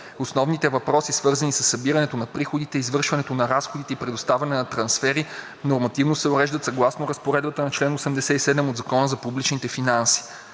основните въпроси, свързани със събирането на приходите, извършването на разходите и предоставянето на трансфери нормативно се уреждат съгласно Разпоредбата на чл. 87 от Закона за публичните финанси.